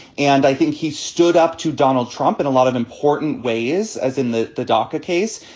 and i think he stood up to donald trump in a lot of important ways, as in the the doca case,